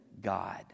God